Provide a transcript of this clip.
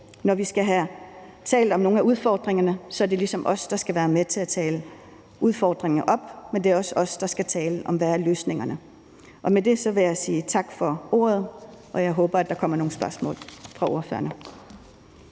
når vi skal have talt om nogle af udfordringerne, er det ligesom os, der skal være med til at tale udfordringen op, men det er også os, der skal tale om, hvad løsningerne er. Med det vil jeg sige tak for ordet, og at jeg håber, at der kommer nogle spørgsmål fra ordførerne.